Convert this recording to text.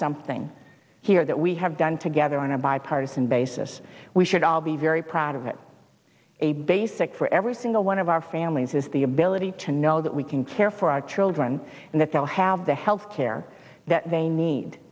something here that we have done together on a bipartisan basis we should all be very proud of it a basic for every single one of our families has the ability to know that we can care for our children and that they'll have the health care that they need